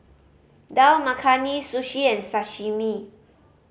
Dal Makhani Sushi and Sashimi